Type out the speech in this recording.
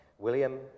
William